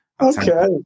Okay